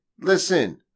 Listen